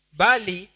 bali